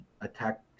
attack